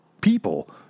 people